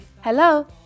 Hello